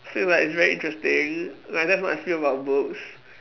so it's like it's very interesting ya that's what I feel about books